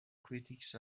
critics